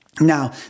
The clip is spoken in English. Now